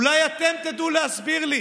אולי אתם תדעו להסביר לי